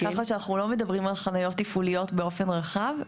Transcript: ככה שאנחנו לא מדברים על חניות תפעוליות באופן רחב,